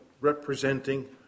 representing